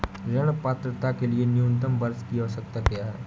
ऋण पात्रता के लिए न्यूनतम वर्ष की आवश्यकता क्या है?